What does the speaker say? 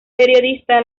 periodista